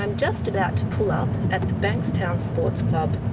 and just about to pull up at the bankstown sports club.